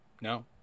no